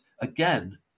again